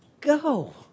go